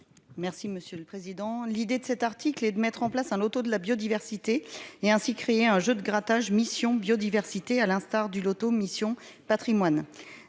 Merci monsieur le président, l'idée de cet article et de mettre en place un Loto de la biodiversité et ainsi créer un jeu de grattage mission biodiversité à l'instar du Loto mission Patrimoine